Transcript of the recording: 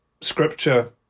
scripture